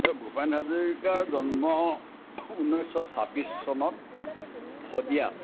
এ ভূপেন হাজৰিকাৰ জন্ম ঊনৈছশ ছাব্বিছ চনত শদিয়াত